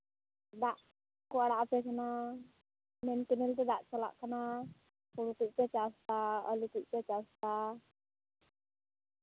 ᱫᱟᱜ ᱠᱚ ᱟᱲᱟᱜ ᱟᱯᱮ ᱠᱟᱱᱟ ᱢᱮᱱ ᱠᱮᱱᱮᱞ ᱛᱮ ᱫᱟᱜ ᱪᱟᱞᱟᱜ ᱠᱟᱱᱟ ᱥᱚᱵᱽᱡᱤ ᱠᱚᱯᱮ ᱪᱟᱥᱟ ᱟᱹᱞᱩ ᱠᱚᱯᱮ ᱪᱟᱥᱟ